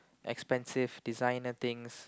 expensive designer things